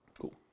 Cool